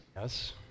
Yes